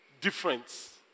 difference